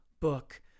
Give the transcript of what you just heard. book